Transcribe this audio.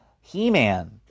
He-Man